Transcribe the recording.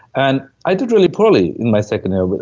and i did really poorly in my second year, but